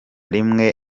rimwe